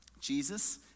Jesus